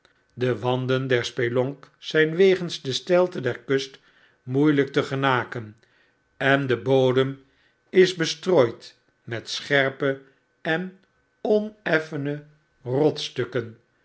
de wanden der spelonk zijn wegens de steilte der kust moeielp te genaken en de bodem is bestrooid met scherpe en oneffene